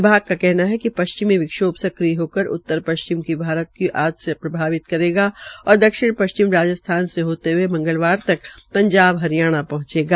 विभाग का कहना है कि पश्चिमी विक्षोम सक्रिय होकर उतर पश्चिमी भारत को आज आज से प्रभावित करेगा और दक्षिण पश्चिम राजस्थान से होते हये मंगलवार तक पंजाब हरियाणा पहंचेगी